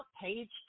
page